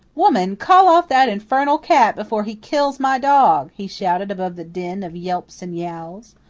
woman, call off that infernal cat before he kills my dog, he shouted above the din of yelps and yowls.